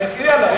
מציע להם.